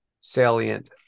salient